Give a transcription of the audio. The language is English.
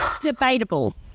debatable